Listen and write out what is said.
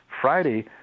Friday